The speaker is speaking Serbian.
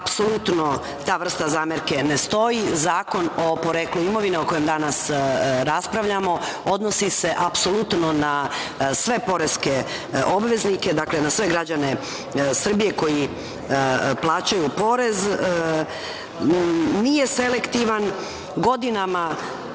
apsolutno ta vrsta zamerke ne stoji. Zakon o poreklu imovine o kojem danas raspravljamo odnosi se apsolutno na sve poreske obveznike, na sve građane Srbije koji plaćaju porez. Nije selektivan, godinama,